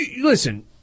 listen